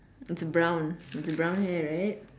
it's brown it's brown hair right